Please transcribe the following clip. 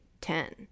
Ten